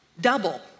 double